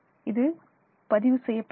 இது பதிவு செய்யப்படுகிறது